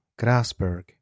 Grasberg